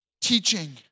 teaching